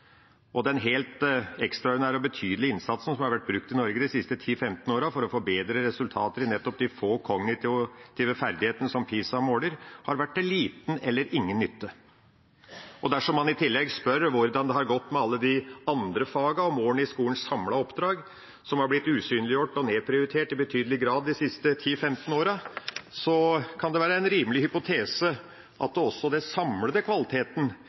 Og den helt ekstraordinære og betydelige innsatsen som har vært brukt i Norge de siste 10–15 årene for å få bedre resultater i nettopp de få kognitive ferdighetene som PISA måler, har vært til liten eller ingen nytte. Dersom man i tillegg spør hvordan det har gått med alle de andre fagene og målene i skolens samlede oppdrag, som har blitt usynliggjort og nedprioritert i betydelig grad de siste 10–15 årene, kan det være en rimelig hypotese at også den samlede kvaliteten